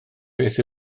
beth